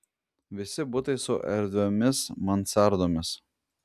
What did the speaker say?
visi butai su erdviomis mansardomis